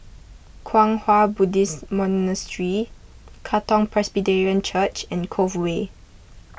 Kwang Hua Buddhist Monastery Katong Presbyterian Church and Cove Way